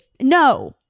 No